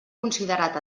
considerat